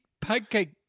Pancake